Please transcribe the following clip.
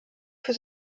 für